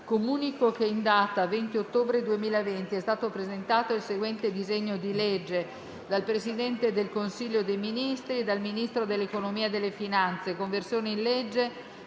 Comunico che in data 20 ottobre 2020 è stato presentato il seguente disegno di legge: *dal Presidente del Consiglio dei ministri e dal Ministro dell'economia e delle finanze:* «Conversione in legge